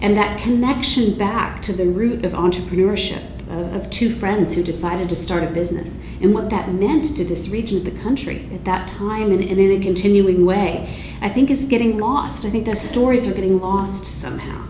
and that connection back to the root of entrepreneurship of two friends who decided to start a business and what that meant to this region of the country at that time and in a continuing way i think is getting lost i think their stories are getting lost somehow